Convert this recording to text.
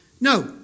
No